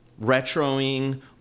retroing